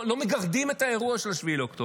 שלא מגרדים את האירוע של 7 באוקטובר,